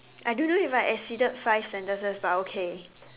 I don't know if I exceeded five sentences but okay